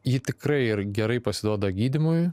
ji tikrai ir gerai pasiduoda gydymui